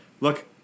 look